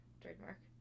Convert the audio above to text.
Trademark